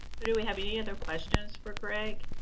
but do we have any other questions for greg?